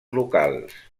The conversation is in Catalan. locals